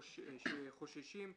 שחוששים.